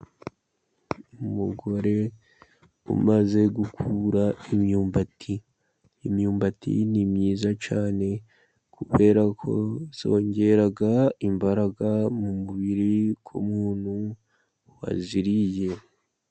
Umugore umaze gukura imyumbati. Imyumbati ni myiza cyane kubera ko zongera imbaraga mu mubiri ku muntu waziriye.